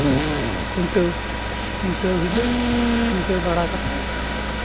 ᱠᱷᱩᱱᱴᱟᱹᱣ ᱠᱷᱩᱱᱴᱟᱹᱣ ᱦᱤᱞᱳᱜ ᱠᱷᱩᱱᱴᱟᱹᱣ ᱵᱟᱲᱟ ᱠᱟᱛᱮᱫ